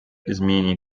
изменение